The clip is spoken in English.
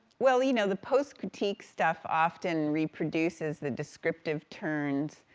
well, you know, the post-critique stuff often reproduces the descriptive turns,